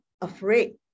afraid